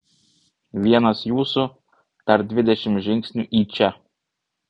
vienas jūsų dar dvidešimt žingsnių į čia